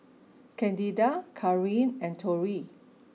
Candida Karin and Torey